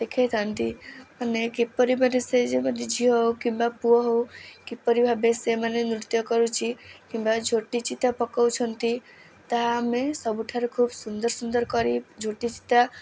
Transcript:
ଦେଖେଇଥାନ୍ତି ମାନେ କିପରି ମାନେ ସେ ଯେ ଗୋଟେ ଝିଅ ହଉ କିମ୍ବା ପୁଅ ହଉ କିପରି ଭାବେ ସେମାନେ ନୃତ୍ୟ କରୁଛି କିମ୍ବା ଝୋଟିଚିତା ପକଉଛନ୍ତି ତାହା ଆମେ ସବୁଠାରୁ ଖୁବ୍ ସୁନ୍ଦର ସୁନ୍ଦର କରି ଝୋଟିଚିତା